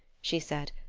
she said.